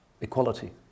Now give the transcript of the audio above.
equality